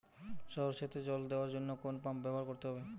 সরষেতে জল দেওয়ার জন্য কোন পাম্প ব্যবহার করতে হবে?